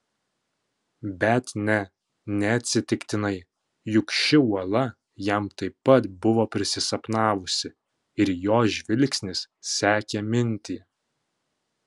bet ne neatsitiktinai juk ši uola jam taip pat buvo prisisapnavusi ir jo žvilgsnis sekė mintį